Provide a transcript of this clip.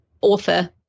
author